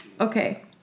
okay